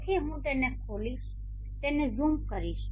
તેથી હું તેને ખોલીશ તેને ઝૂમ કરીશ